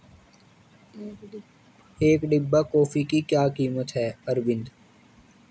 एक डिब्बा कॉफी की क्या कीमत है अरविंद?